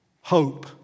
Hope